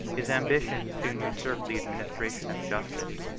his ambition soon usurped the administration of justice,